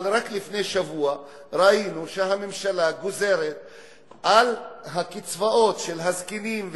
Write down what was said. אבל רק לפני שבוע ראינו שהממשלה גוזרת על הקצבאות של הזקנים,